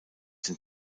den